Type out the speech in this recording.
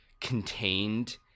contained